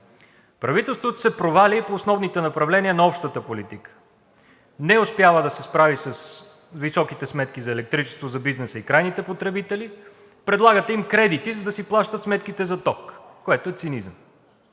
Правителството се проваля и по основните направления на общата политика – не успява да се справи с високите сметки за електричество за бизнеса и крайните потребители. Предлагате им кредити, за да си плащат сметките за ток, което е цинизъм.